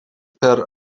per